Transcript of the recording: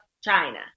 China